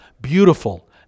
beautiful